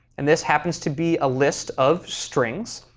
and this happens to be a list of strings.